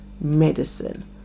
medicine